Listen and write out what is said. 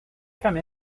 come